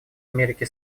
америке